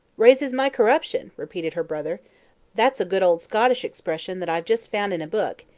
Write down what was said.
raises my corruption, repeated her brother that's a good old scottish expression that i've just found in a book,